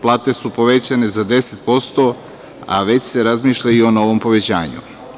Plate su povećane za 10%, a već se razmišlja i o novom povećanju.